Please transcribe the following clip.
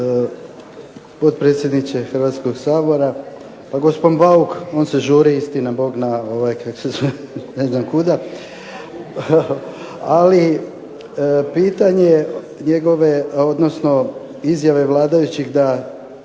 Hrvatskog sabora. Pa gospodin Bauk, on se žuri istina Bog ne znam kuda, ali pitanje njegove, odnosno izjave vladajućih da